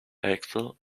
axle